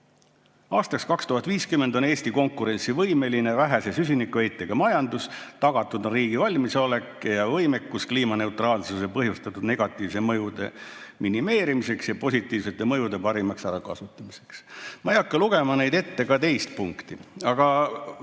"Aastaks 2050 on Eestis konkurentsivõimeline vähese süsinikuheitega majandus. Tagatud on riigi valmisolek ja võimekus kliimamuutuste põhjustatud negatiivsete mõjude minimeerimiseks ja positiivsete mõjude parimaks ärakasutamiseks." Ma ei hakka teist punkti ette